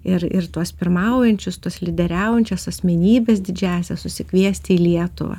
ir ir tuos pirmaujančius tas lyderiaujančias asmenybes didžiąsias susikviesti į lietuvą